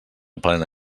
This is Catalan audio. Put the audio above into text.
plena